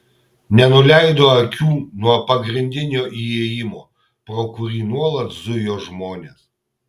nenuleido akių nuo pagrindinio įėjimo pro kurį nuolat zujo žmonės